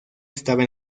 estaba